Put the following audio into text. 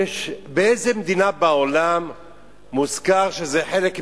באיזה מדינה בעולם מוזכר שזה חלק מהאמנה,